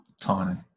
tiny